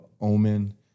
omen